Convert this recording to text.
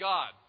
God